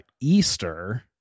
Easter